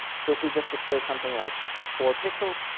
so if we just display something like four pixels,